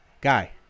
guy